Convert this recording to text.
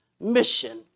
mission